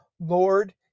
Lord